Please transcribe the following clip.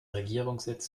regierungssitz